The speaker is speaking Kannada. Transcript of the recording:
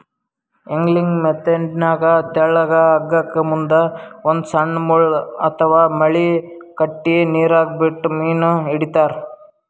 ಯಾಂಗ್ಲಿಂಗ್ ಮೆಥೆಡ್ನಾಗ್ ತೆಳ್ಳಗ್ ಹಗ್ಗಕ್ಕ್ ಮುಂದ್ ಒಂದ್ ಸಣ್ಣ್ ಮುಳ್ಳ ಅಥವಾ ಮಳಿ ಕಟ್ಟಿ ನೀರಾಗ ಬಿಟ್ಟು ಮೀನ್ ಹಿಡಿತಾರ್